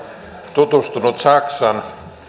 tutustunut saksan